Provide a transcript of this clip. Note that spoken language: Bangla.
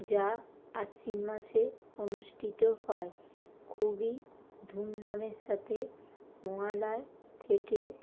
যা আশ্বিন মাসে অনুষ্ঠিত হয় খুবই ধুমদামের সাথে মহালয় থেকে